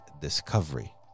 discovery